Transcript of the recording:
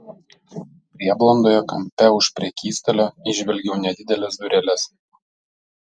prieblandoje kampe už prekystalio įžvelgiau nedideles dureles